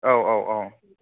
औ औ औ